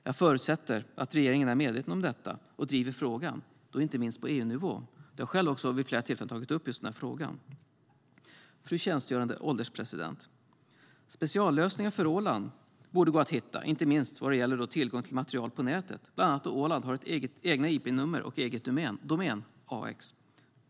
Jag förutsätter att regeringen är medveten om detta och driver frågan, inte minst på EU-nivå. Jag har själv tagit upp frågan vid flera tillfällen. Fru ålderspresident! Speciallösningar för Åland borde gå att hitta, inte minst vad gäller tillgång till material på nätet, bland annat då Åland har egna ip-nummer och en egen domän: ax.